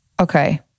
okay